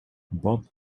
bob